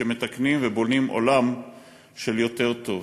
שמתקנים ובונים עולם של יותר טוב.